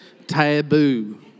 taboo